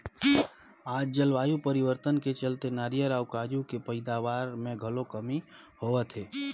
आज जलवायु परिवर्तन के चलते नारियर अउ काजू के पइदावार मे घलो कमी होवत हे